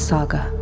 Saga